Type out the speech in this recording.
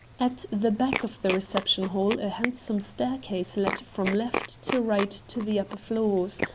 at the back of the reception hall a handsome staircase led from left to right to the upper floors,